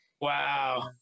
Wow